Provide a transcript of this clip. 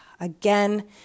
Again